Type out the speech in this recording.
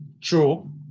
True